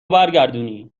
برگردونی